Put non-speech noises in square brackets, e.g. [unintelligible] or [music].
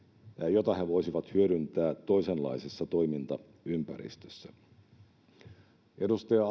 jota he voisivat hyödyntää toisenlaisessa toimintaympäristössä edustaja [unintelligible]